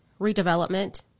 redevelopment